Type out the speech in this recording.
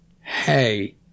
Hey